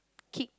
kick